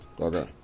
Okay